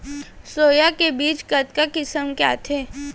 Soya के बीज कतका किसम के आथे?